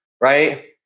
right